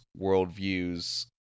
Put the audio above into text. worldviews